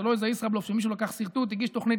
זה לא איזה ישראבלוף שמישהו לקח סרטוט והגיש תוכנית,